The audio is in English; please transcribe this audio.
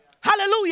Hallelujah